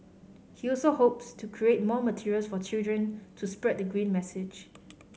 he also hopes to create more materials for children to spread the green message